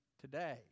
today